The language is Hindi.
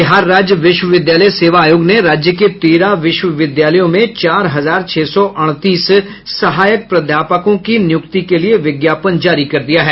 बिहार राज्य विश्वविद्यालय सेवा आयोग ने राज्य के तेरह विश्वविद्यालयों में चार हजार छह सौ अड़तीस सहायक प्राध्यापकों की नियुक्ति के लिए विज्ञापन जारी कर दिया है